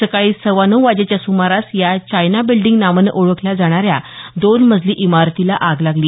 सकाळी सव्वा नऊ वाजेच्या सुमारास या चायना बिल्डींग नावानं ओळखल्या जाणाऱ्या या दोन मजली इमारतीला आग लागली